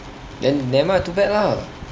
then damn ah too bad lah